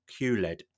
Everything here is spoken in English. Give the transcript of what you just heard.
QLED